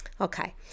Okay